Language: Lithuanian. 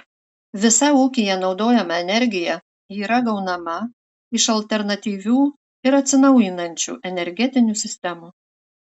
visa ūkyje naudojama energija yra gaunama iš alternatyvių ir atsinaujinančių energetinių sistemų